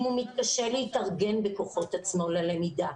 אם הוא מתקשה להתארגן בכוחות עצמו ללמידה.